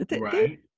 Right